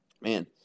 man